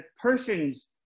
person's